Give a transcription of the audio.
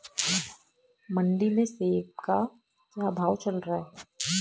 मंडी में सेब का क्या भाव चल रहा है?